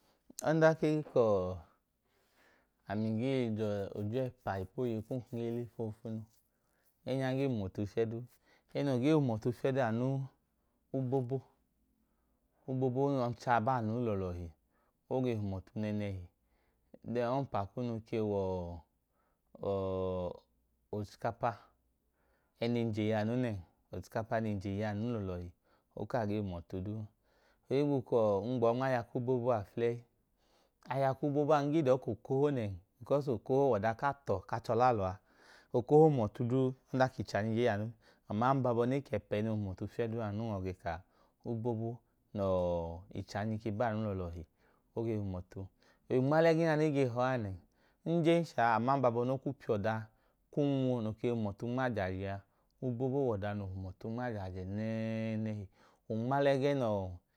Ọdanka e ka ọọ, ami gee je odre ẹpa ipu oyeyi kum kum le foofunu, ẹẹ noo ge hum ọtu fiyẹ duu, ẹẹ noo ge hum ọtu fiyẹ duu a, anu wẹ obobo nẹ ọncha baa nu lọọlọhi nẹẹnẹhi. Dẹn ọmpa kunu ke wẹ ọọ, ọọ, ochikapa. 45 nẹ enje yọ anu nẹn, ẹẹ nẹ enje yọ anu lọọlọhi, anu hum ọtu fiyẹ a. Ng gbọọ nma aya ku obobo a aflẹyi. Aya ku obobo a, ng ge da ọọ ka okoho nẹn, bikọs okoho wẹ ọda ku atọ ku achẹ ọlẹ alọ a. okoho hum ọtu duu, ọdanka ichanyi yọ anu. Ẹẹ noo hum ọtu fiyẹ duu a, anu num yọ ge ka a, obobo nẹ ọọ ichanyi ke baa nu lọọlọhi. O nma lẹ ẹgẹẹ nẹ e ge he ọọ a nẹn. Ng jen sha a, aman abọ noo kwu piya ọda ku unwu nook e hum ọtu nma ajaajẹ a nẹ. Ọda noo hum ọtu nma ajaajẹ nẹẹnẹhi. O nmalẹ ẹgẹẹ nẹ achẹ